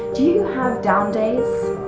do you have down days?